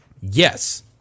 Yes